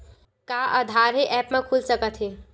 का आधार ह ऐप म खुल सकत हे?